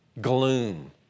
gloom